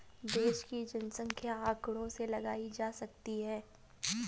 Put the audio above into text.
देश की जनसंख्या आंकड़ों से लगाई जा सकती है